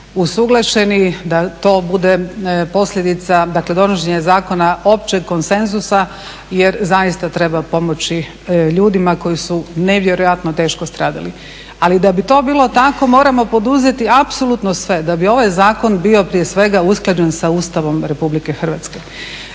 usuglašeni, da to bude posljedica, dakle donošenje zakona općeg konsenzusa jer zaista treba pomoći ljudima koji su nevjerojatno teško stradali. Ali da bi to bilo tako moramo poduzeti apsolutno sve da bi ovaj zakon bio prije svega usklađen sa Ustavom Republike Hrvatske.